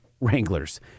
Wranglers